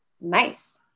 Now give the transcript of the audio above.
nice